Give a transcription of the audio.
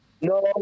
No